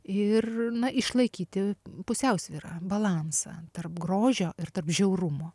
ir išlaikyti pusiausvyrą balansą tarp grožio ir tarp žiaurumo